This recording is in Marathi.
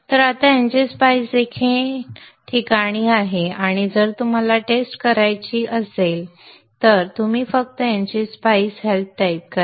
तर आता ngSpice देखील ठिकाणी आहे आणि जर तुम्हाला टेस्ट करायची असेल तर तुम्ही फक्त ngSpice help टाइप करा